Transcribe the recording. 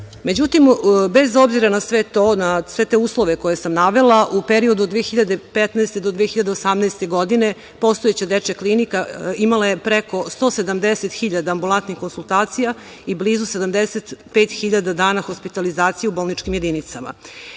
itd.Međutim, bez obzira na sve to, na sve te uslove koje sam navela, u periodu od 2015. do 2018. godine, postojeća dečja klinika imala je preko 170.000 ambulantnih konsultacija i blizu 75.000 dana hospitalizacije u bolničkim jedinicama. Razgovarala